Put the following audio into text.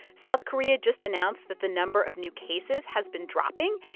south korea just announced that the number of new cases has been dropping,